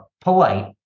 polite